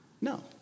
No